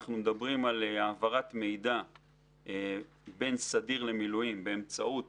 אנחנו מדברים על העברת מידע בין סדיר למילואים באמצעות